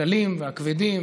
הקלים והכבדים,